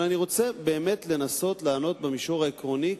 אבל אני באמת רוצה לנסות לענות במישור העקרוני,